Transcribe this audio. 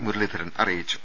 മുരളീധരൻ അറിയിച്ചു